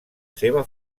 seva